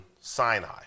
Sinai